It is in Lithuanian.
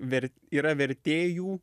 ver yra vertėjų